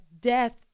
death